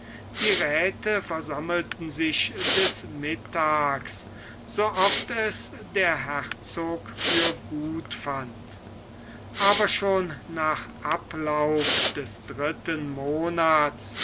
die räthe versammelten sich des mittags so oft es der herzog für gut fand aber schon nach ablauf des dritten monats